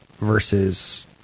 versus